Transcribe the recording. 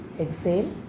exhale